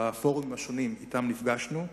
בפורומים השונים שבהם נפגשנו,